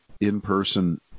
in-person